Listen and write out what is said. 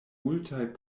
multaj